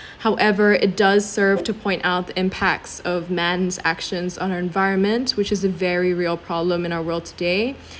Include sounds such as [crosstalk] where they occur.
[breath] however it does serve to point out the impacts of man's actions on our environment which is a very real problem in our world today